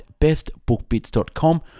bestbookbits.com